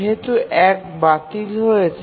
যেহেতু ১ বাতিল হয়েছে